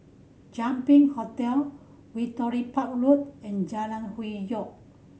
Champion Hotel Victoria Park Road and Jalan Hwi Yoh